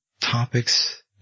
topics